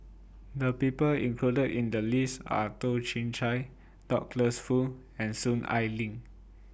The People included in The list Are Toh Chin Chye Douglas Foo and Soon Ai Ling